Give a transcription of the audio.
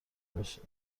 بشه